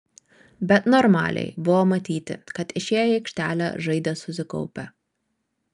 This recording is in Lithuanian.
bet normaliai buvo matyti kad išėję į aikštelę žaidė susikaupę